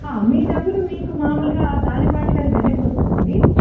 మీ డబ్బులు మీకు మామూలుగా దానిపాటికి అది వెనక్కి వస్తుందండి